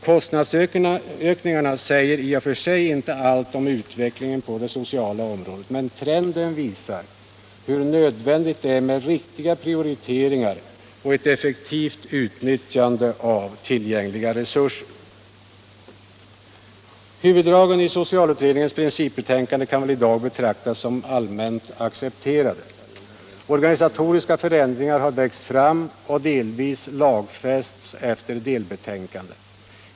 Kostnadsökningarna säger i och för sig inte allt om utvecklingen på det sociala området, men trenden visar hur nödvändigt det är med riktiga prioriteringar och ett effektivt utnyttjande av tillgängliga resurser. Huvuddragen i socialutredningens principbetänkande kan väl i dag betraktas som allmänt accepterade. Organisatoriska förändringar har växt fram och delvis lagfästs efter delbetänkanden.